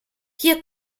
hier